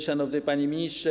Szanowny Panie Ministrze!